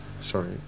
Sorry